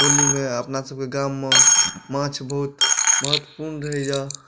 होलीमे अपनासभके गाममे माछ बहुत महत्वपूर्ण रहैए